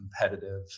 competitive